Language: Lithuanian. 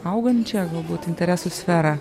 augančią galbūt interesų sferą